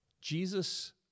Jesus